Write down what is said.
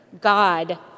God